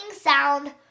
sound